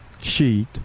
sheet